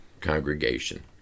congregation